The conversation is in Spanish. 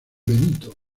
benito